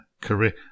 career